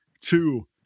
two